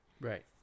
Right